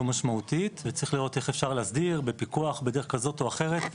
משמעותית וצריך לראות איך אפשר להסדיר פיקוח בדרך כזאת או אחרת.